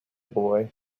boy